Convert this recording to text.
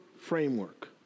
framework